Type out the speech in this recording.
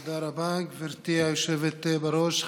תודה רבה, גברתי היושבת בראש.